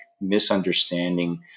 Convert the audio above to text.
misunderstanding